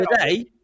today